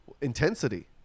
Intensity